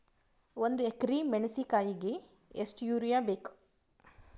ಒಂದ್ ಎಕರಿ ಮೆಣಸಿಕಾಯಿಗಿ ಎಷ್ಟ ಯೂರಿಯಬೇಕು?